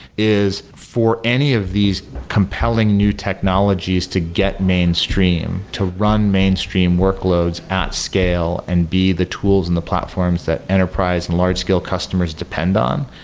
is for any of these compelling new technologies to get mainstream, to run mainstream workloads at scale and be the tools and the platforms that enterprise and large-scale customers depend on.